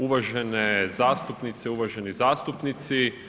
Uvažene zastupnici, uvaženi zastupnici.